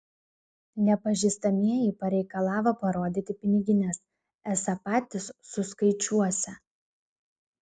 nepažįstamieji pareikalavo parodyti pinigines esą patys suskaičiuosią